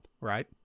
right